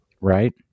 Right